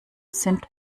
sind